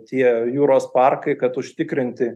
tie jūros parkai kad užtikrinti